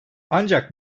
ancak